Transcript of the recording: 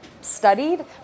studied